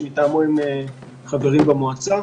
שמטעמו הם חברים במועצה.